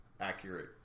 accurate